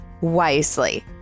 wisely